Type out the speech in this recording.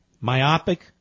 myopic